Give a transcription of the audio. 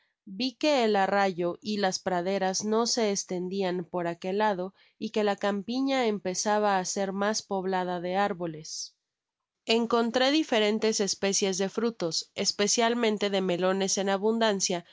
vi que el arrayo y las praderas no se estendian por aquel lado y que la campiña empezaba á ser mas poblada de árboles encontré diferentes especies de frutos especialmente de melones en abundancia